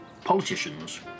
politicians